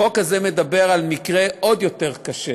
החוק הזה מדבר על מקרה עוד יותר קשה